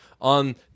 on